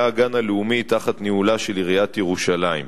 היה הגן הלאומי תחת ניהולה של עיריית ירושלים.